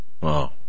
Wow